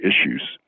issues